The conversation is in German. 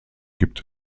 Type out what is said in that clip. gibt